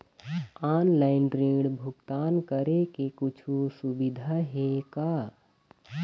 Online ऋण भुगतान करे के कुछू सुविधा हे का?